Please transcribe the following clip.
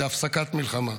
זה הפסקת מלחמה.